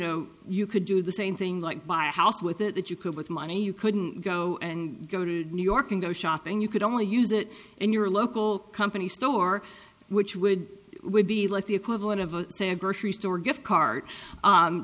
know you could do the same thing like buy a house with it you could with money you couldn't go and go to new york and go shop and you could only use it in your local company store which would be like the equivalent of a grocery store gift card